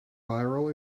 viral